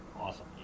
awesome